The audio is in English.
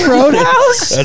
Roadhouse